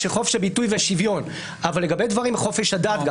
חופש הביטוי והשוויון וגם חופש הדת,